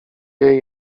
jej